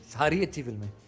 but you tell me